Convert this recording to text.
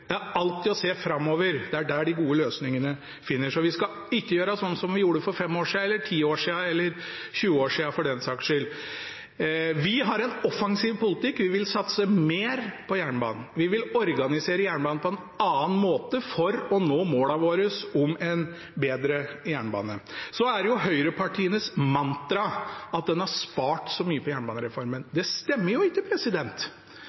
det er alltid å se framover – det er der de gode løsningene finnes. Så vi skal ikke gjøre som vi gjorde for fem år eller ti år siden, eller for den saks skyld for 20 år siden. Vi har en offensiv politikk, vi vil satse mer på jernbanen. Vi vil organisere den på en annen måte for å nå målene våre om en bedre jernbane. Så er det høyrepartienes mantra at en har spart så mye på jernbanereformen.